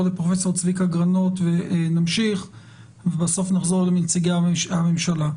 לפרופ' צביקה גרנות ובסוף נחזור לנציגי הממשלה.